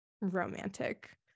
romantic